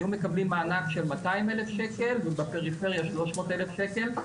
היו מקבלים מענק של 200 אלף שקל ובפריפריה 300 אלף שקל,